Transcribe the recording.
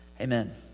Amen